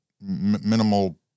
minimal